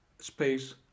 space